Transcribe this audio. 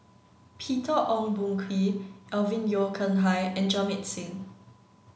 Peter Ong Boon Kwee Alvin Yeo Khirn Hai and Jamit Singh